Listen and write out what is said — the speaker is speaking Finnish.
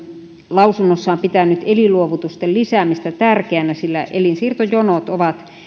lausunnossaan pitänyt elinluovutusten lisäämistä tärkeänä sillä elinsiirtojonot ovat